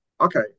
Okay